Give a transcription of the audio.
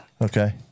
Okay